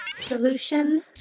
Solution